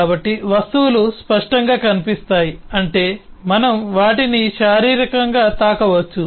కాబట్టి వస్తువులు స్పష్టంగా కనిపిస్తాయి అంటే మనం వాటిని శారీరకంగా తాకవచ్చు